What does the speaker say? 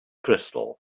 crystal